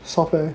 software